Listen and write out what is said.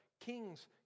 Kings